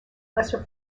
lesser